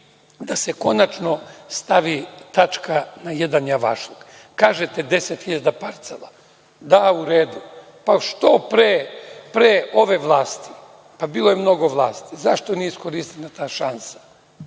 da se konačno stavi tačka na jedan javašluk. Kažete – 10.000 parcela, da u redu, pa što pre ove vlasti, pa bilo je mnogo vlasti? Zašto nije iskorišćena ta šansa?